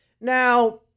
Now